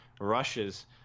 rushes